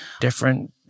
different